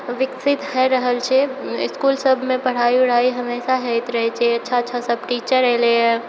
विकसित भऽ रहल छै इसकुल सबमे पढ़ाई उढ़ाई हमेशा होइत रहै छै अच्छा अच्छा सब टीचर एलै हँ